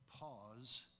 pause